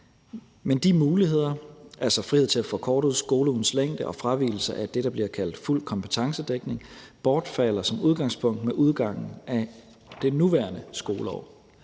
Men de muligheder, altså frihed til at forkorte skoleugens længde og fravigelse af det, der bliver kaldt fuld kompetencedækning, bortfalder som udgangspunkt med udgangen af det nuværende skoleår,